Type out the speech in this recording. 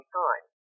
time